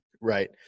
Right